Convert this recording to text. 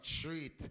treat